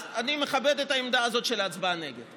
אז אני מכבד את העמדה הזאת של הצבעה נגד.